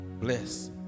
Bless